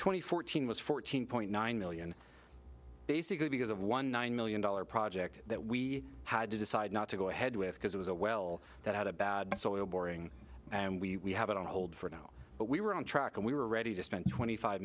twenty fourteen was fourteen point nine million basically because of one nine million dollars project that we had to decide not to go ahead with because it was a well that had a bad soil boring and we have it on hold for now but we were on track and we were ready to spend twenty five